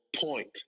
point